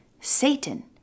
Satan